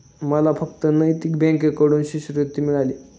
मला फक्त नैतिक बँकेकडून शिष्यवृत्ती मिळाली